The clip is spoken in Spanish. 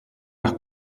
las